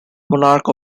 monarch